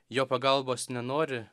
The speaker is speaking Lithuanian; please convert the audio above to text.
jo pagalbos nenori